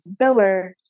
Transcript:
biller